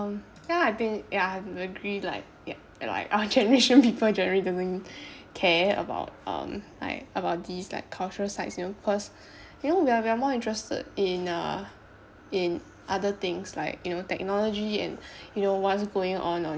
um ya I think ya I would agree like ya like our generation people generally doesn't care about um like about these like cultural sites you know cause you know we are more interested in uh in other things like you know technology and you know what's going on on